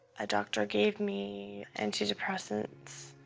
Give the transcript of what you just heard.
a doctor gave me anti-depressants.